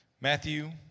matthew